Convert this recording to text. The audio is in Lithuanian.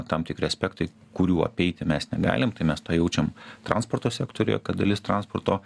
tam tikri aspektai kurių apeiti mes negalim tai mes tą jaučiam transporto sektoriuje kad dalis transporto